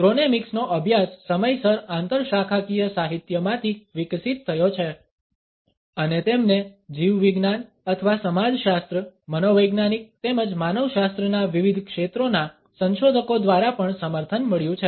ક્રોનેમિક્સનો અભ્યાસ સમયસર આંતરશાખાકીય સાહિત્યમાંથી વિકસિત થયો છે અને તેમને જીવવિજ્ઞાન અથવા સમાજશાસ્ત્ર મનોવૈજ્ઞાનિક તેમજ માનવશાસ્ત્રના વિવિધ ક્ષેત્રોના સંશોધકો દ્વારા પણ સમર્થન મળ્યું છે